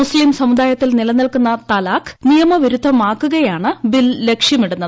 മുസ്തീം സമൂദായത്തിൽ നിലനിൽക്കുന്ന തലാഖ് നിയമവിരുദ്ധമാക്കുകയാണ് ബിൽ ലക്ഷ്യമിടുന്നത്